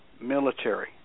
military